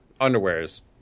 underwears